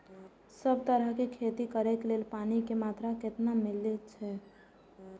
सब तरहक के खेती करे के लेल पानी के मात्रा कितना मिली अछि?